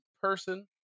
person